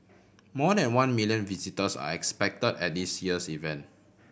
more than one million visitors are expect at this year's event